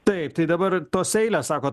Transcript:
taip tai dabar tos eilės sakot